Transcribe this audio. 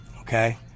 Okay